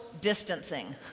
distancing